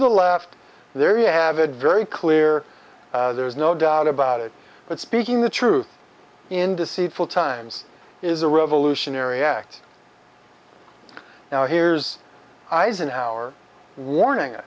the left there you have it very clear there's no doubt about it but speaking the truth in deceitful times is a revolutionary act now here's eisenhower warning